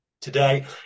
today